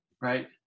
right